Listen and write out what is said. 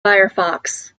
firefox